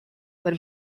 when